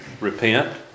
repent